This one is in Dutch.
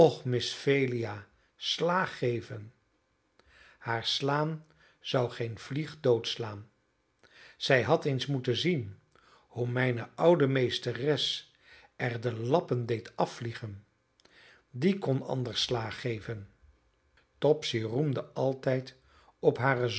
miss phelia slaag geven haar slaan zou geen vlieg doodslaan zij had eens moeten zien hoe mijne oude meesteres er de lappen deed afvliegen die kon anders slaag geven topsy roemde altijd op hare